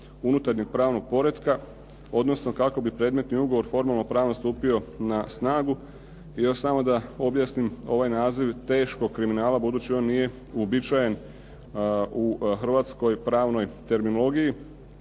unutarnjeg pravnog poretka, odnosno kako bi predmetni ugovor formalno-pravno stupio na snagu. I još samo da objasnim ovaj naziv teškog kriminala budući on nije uobičajen u hrvatskoj pravnoj terminologiji.